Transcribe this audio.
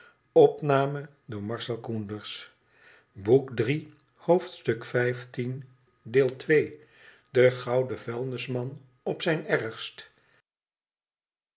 de goxn en vuilnisman op zijn ergst